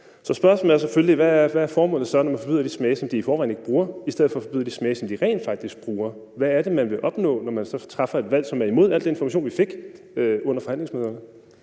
Så spørgsmålet er selvfølgelig, hvad formålet er, når man forbyder de smage, som de i forvejen ikke bruger, i stedet for at forbyde de smage, som de rent faktisk bruger? Hvad er det, man vil opnå, når man træffer et valg, som er imod al den information, vi fik under forhandlingsmøderne?